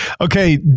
Okay